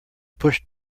pushed